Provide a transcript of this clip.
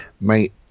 mate